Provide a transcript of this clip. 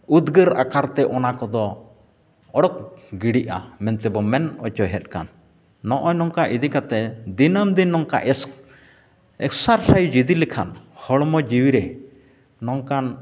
ᱩᱫᱽᱜᱟᱹᱨ ᱟᱠᱟᱨᱛᱮ ᱚᱱᱟ ᱠᱚᱫᱚ ᱚᱰᱚᱠ ᱜᱤᱰᱤᱜᱼᱟ ᱢᱮᱱ ᱛᱮᱵᱚᱱ ᱢᱮᱱ ᱦᱚᱪᱚᱭᱮᱫ ᱠᱟᱱ ᱱᱚᱜᱼᱚᱭ ᱱᱚᱝᱠᱟ ᱤᱫᱤ ᱠᱟᱛᱮᱫ ᱫᱤᱱᱟᱹᱢ ᱫᱤᱱ ᱱᱚᱝᱠᱟ ᱮᱠᱥᱟᱨᱥᱟᱭᱤᱡᱽ ᱤᱫᱤ ᱞᱮᱠᱷᱟᱱ ᱦᱚᱲᱢᱚ ᱡᱤᱣᱤ ᱨᱮ ᱱᱚᱝᱠᱟᱱ